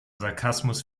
sarkasmus